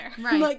Right